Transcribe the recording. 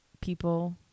people